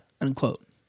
unquote